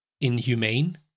inhumane